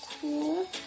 cool